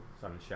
Sunshine